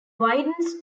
widens